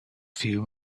few